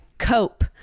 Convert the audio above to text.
cope